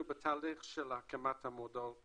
אנחנו בתהליך של הקמת המודולה